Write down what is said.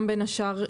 גם בין השאר,